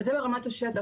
אבל זה ברמת השטח.